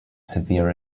severe